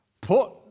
put